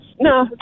no